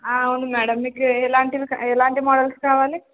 అవును మ్యాడమ్ మీకు ఎలాంటిది ఎలాంటి మోడల్స్ కావాలి